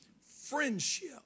friendship